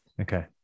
Okay